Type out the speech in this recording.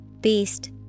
Beast